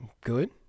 Good